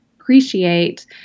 appreciate